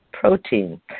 protein